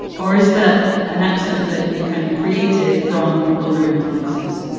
or is that an accent that you kind of created from other influences?